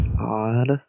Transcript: odd